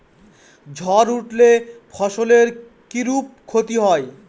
ঝড় উঠলে ফসলের কিরূপ ক্ষতি হয়?